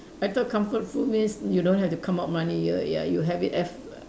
I thought comfort food means you don't have to come out money you ya you have it a~